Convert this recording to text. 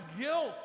guilt